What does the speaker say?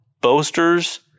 boasters